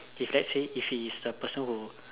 if let's say if he is a person who